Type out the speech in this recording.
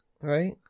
right